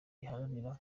riharanira